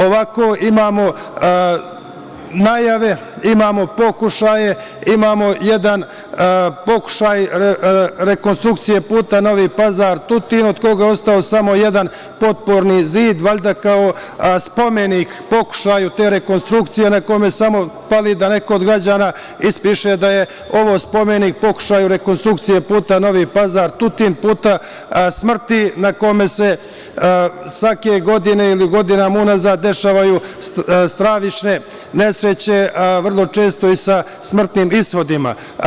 Ovako imamo najave, imamo pokušaje, imamo jedan pokušaj rekonstrukcije puta Novi Pazar – Tutin, a od koga je ostao samo jedan potporni zid, valjda kao spomenik pokušaju te rekonstrukcije i na kome samo fali da neko od građana ispiše da je ovo spomenik pokušaju rekonstrukcije puta Novi Pazar – Tutin, puta smrti na kome se svake godine ili godinama unazad dešavaju stravične nesreće, vrlo često i sa smrtnim ishodima.